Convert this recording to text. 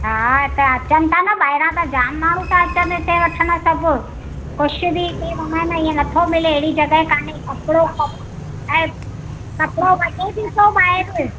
हा त अचनि था न ॿाहिरां त जामु माण्हू था अचनि हिते वठणु सभु कुझु बि इते माना न ईअं नथो मिले अहिड़ी जॻहि कान्हे कपिड़ो ऐं कपिड़ो वठो ॾिसो ॿाहिरि